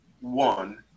one